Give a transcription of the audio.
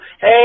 hey